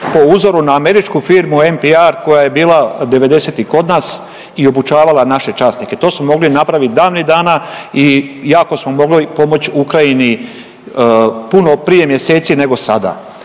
po uzoru na američku firmu MPR koja je bila 90-ih kod nas i obučavala naše časnike. To smo mogli napraviti davnih dana i jako smo mogli pomoći Ukrajini, puno prije mjeseci nego sada,